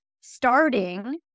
starting